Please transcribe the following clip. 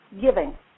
giving